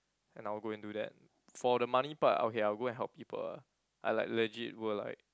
and I will go and do that for the money part okay I will go and help people ah I like legit will like